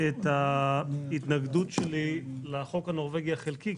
את ההתנגדות שלי לחוק הנורבגי החלקי,